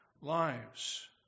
lives